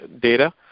data